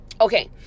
Okay